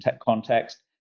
context